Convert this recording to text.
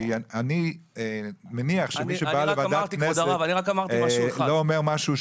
אני מניח שמי שבא לוועדת כנסת, לא אומר משהו שקרי.